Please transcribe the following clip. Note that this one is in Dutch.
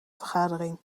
vergadering